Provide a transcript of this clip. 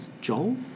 Joel